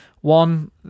one